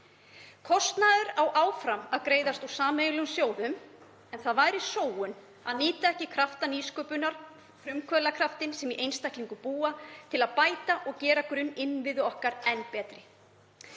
Kostnaður á áfram að greiðast úr sameiginlegum sjóðum en það væri sóun að nýta ekki krafta nýsköpunar, frumkvöðlakraftinn sem í einstaklingum búa til að bæta og gera grunninnviði okkar enn betri.